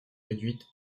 réduite